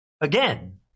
Again